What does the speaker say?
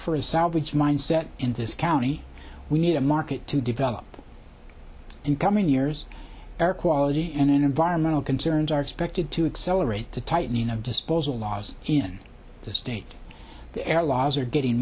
for a salvage mindset in this county we need a market to develop in coming years air quality and environmental concerns are expected to accelerate the tightening of disposal laws in the state the air laws are getting